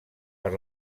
per